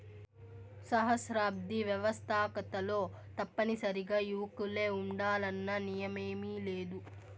సహస్రాబ్ది వ్యవస్తాకతలో తప్పనిసరిగా యువకులే ఉండాలన్న నియమేమీలేదు